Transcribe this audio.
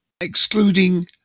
excluding